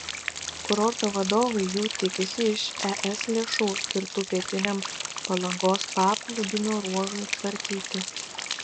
kurorto vadovai jų tikisi iš es lėšų skirtų pietiniam palangos paplūdimio ruožui tvarkyti